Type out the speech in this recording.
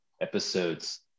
episodes